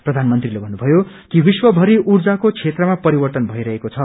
प्रधानमन्त्रीले भन्नुभयो कि विश्व मरि ऊर्जाको क्षेत्रमा परिवर्तन भइरहेक्वो छ